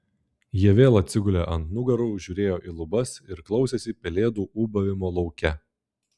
jie vėl atsigulė ant nugarų žiūrėjo į lubas ir klausėsi pelėdų ūbavimo lauke